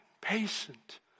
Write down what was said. patient